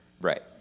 Right